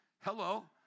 Hello